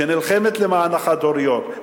שנלחמת למען החד-הוריות,